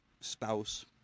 spouse